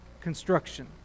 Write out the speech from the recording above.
construction